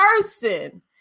person